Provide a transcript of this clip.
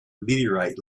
meteorite